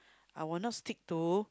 I will not stick to